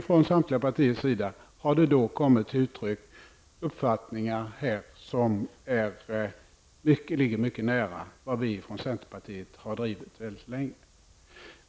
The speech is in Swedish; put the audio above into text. Från samtliga partier har det kommit till uttryck uppfattningar som ligger mycket nära vad vi i centerpartiet har drivit väldigt länge.